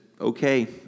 okay